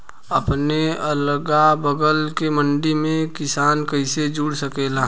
अपने अगला बगल के मंडी से किसान कइसे जुड़ सकेला?